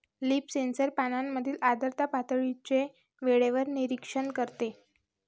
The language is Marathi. लीफ सेन्सर पानांमधील आर्द्रता पातळीचे वेळेवर निरीक्षण करते